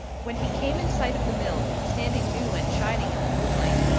when he came in sight of the mill, standing new and shining in the moonlight,